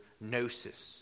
gnosis